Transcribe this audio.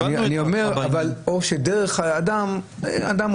אבל אני אומר שאדם הולך,